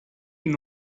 you